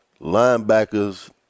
linebackers